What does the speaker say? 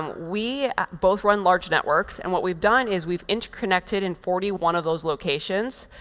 we both run large networks. and what we've done is we've interconnected in forty one of those locations,